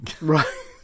Right